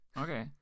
Okay